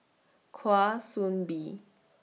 Kwa Soon Bee